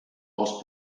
els